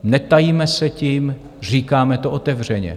Netajíme se tím, říkáme to otevřeně.